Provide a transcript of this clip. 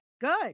good